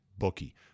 Bookie